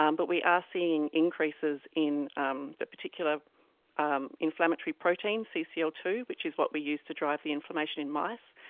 um but we are seeing increases in um the particular um inflammatory protein, c c l two, which is what we used to drive the inflammation in mice.